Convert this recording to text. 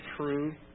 true